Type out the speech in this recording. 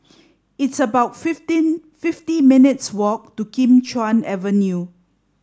it's about fifteen fifty minutes' walk to Kim Chuan Avenue